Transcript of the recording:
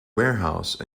warehouse